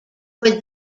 would